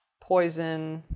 poison.